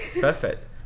Perfect